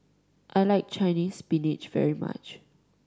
I like Chinese Spinach very much